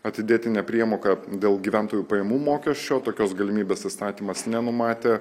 atidėti nepriemoką dėl gyventojų pajamų mokesčio tokios galimybės įstatymas nenumatė